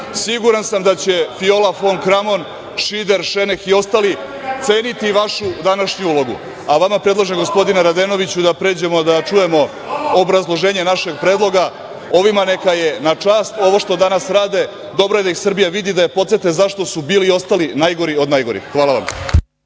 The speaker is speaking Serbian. Siguran sam da će Viola fon Kramon, Šider, Šeneh i ostali ceniti vašu današnju odluku. Vama predlažem, gospodine Radenoviću, da pređemo da čujemo obrazloženje našeg predloga, ovima neka je na čast ovo što danas rade, dobro je da ih Srbija vidi, da je podsete zašto su bili i ostali najgori od najgorih. Hvala vam.